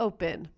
Open